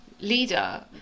leader